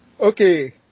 Okay